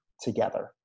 together